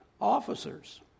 officers